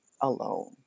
alone